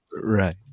Right